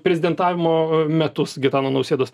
prezidentavimo metus gitano nausėdos